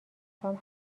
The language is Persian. خوام